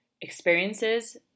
experiences